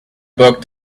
book